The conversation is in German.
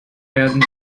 werden